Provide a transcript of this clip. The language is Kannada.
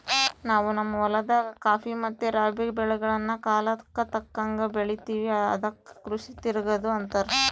ನಾವು ನಮ್ಮ ಹೊಲದಾಗ ಖಾಫಿ ಮತ್ತೆ ರಾಬಿ ಬೆಳೆಗಳ್ನ ಕಾಲಕ್ಕತಕ್ಕಂಗ ಬೆಳಿತಿವಿ ಅದಕ್ಕ ಕೃಷಿ ತಿರಗದು ಅಂತಾರ